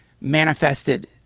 manifested